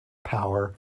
power